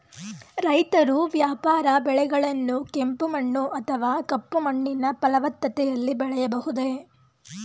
ರೈತರು ವ್ಯಾಪಾರ ಬೆಳೆಗಳನ್ನು ಕೆಂಪು ಮಣ್ಣು ಅಥವಾ ಕಪ್ಪು ಮಣ್ಣಿನ ಫಲವತ್ತತೆಯಲ್ಲಿ ಬೆಳೆಯಬಹುದೇ?